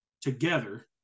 together